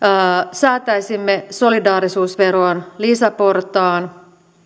säätäisimme solidaarisuusveroon lisäportaan